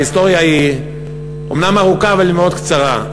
ההיסטוריה אומנם ארוכה אבל היא מאוד קצרה.